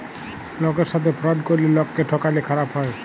লকের সাথে ফ্রড ক্যরলে লকক্যে ঠকালে খারাপ হ্যায়